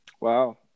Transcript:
Wow